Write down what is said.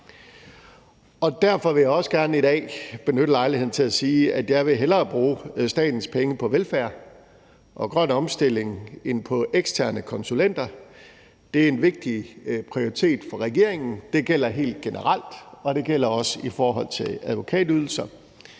Derfor vil jeg også gerne i dag benytte lejligheden til at sige, at jeg hellere vil bruge statens penge på velfærd og grøn omstilling end på eksterne konsulenter. Det er en vigtig prioritet for regeringen; det gælder helt generelt, og det gælder også i forhold til advokatydelser.